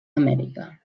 amèrica